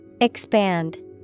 Expand